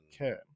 okay